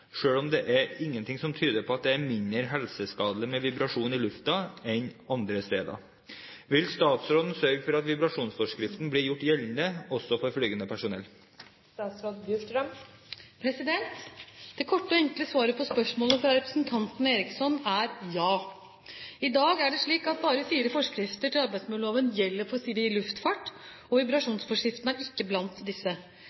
om det er ingenting som tyder på at det er mindre helseskadelig med vibrasjon i lufta enn andre steder. Vil statsråden sørge for at vibrasjonsforskriften blir gjort gjeldende også for flygende personell?» Det korte og enkle svaret på spørsmålet fra representanten Eriksson er ja. I dag er det slik at bare fire forskrifter til arbeidsmiljøloven gjelder for sivil luftfart, og